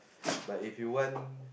but if you want